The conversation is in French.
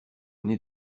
nez